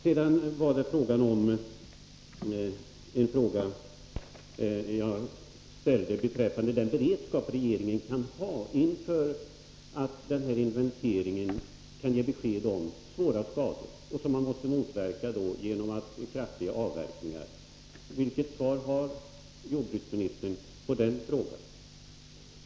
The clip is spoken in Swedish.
12 december 1983 Jag ställde också en fråga beträffande den beredskap regeringen kan ha inför den här inventeringen, som kan ge besked om svåra skador som måste Om åtgärder mot motverkas genom kraftiga avverkningar. Vilket svar har jordbruksministern försurning av mark på den frågan?